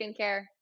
skincare